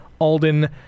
Alden